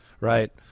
Right